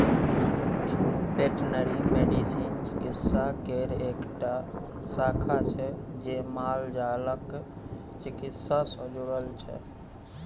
veterinary medicine चिकित्सा केर एकटा शाखा छै जे मालजालक चिकित्सा सँ जुरल छै